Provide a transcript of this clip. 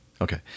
Okay